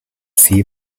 see